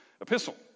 epistle